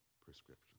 prescription